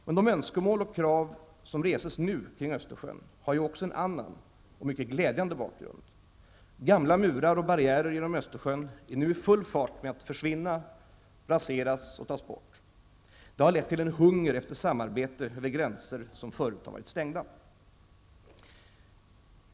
Men de önskemål och krav som reses nu kring Östersjön har ju också en annan och mycket glädjande bakgrund. Gamla murar och barriärer genom Östersjön är nu i full fart med att försvinna, raseras och tas bort. Det har lett till en hunger efter samarbete över gränser som förut har varit stängda.